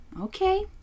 Okay